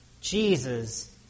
Jesus